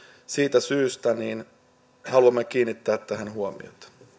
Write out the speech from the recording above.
siitä syystä haluamme kiinnittää tähän huomiota